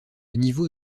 niveau